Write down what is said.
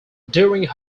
during